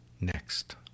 next